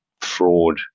fraud